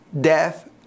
death